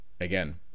again